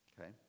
okay